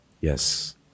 Yes